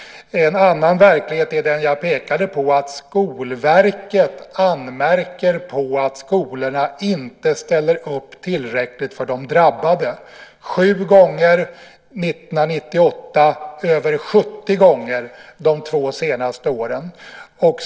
En annan verklighet är den som jag pekade på, nämligen att Skolverket anmärker på att skolorna inte ställer upp tillräckligt för de drabbade - 7 gånger 1998 och över 70 gånger under de två senaste åren.